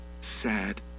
sad